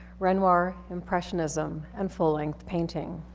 renoir, impressionism, and full-length painting.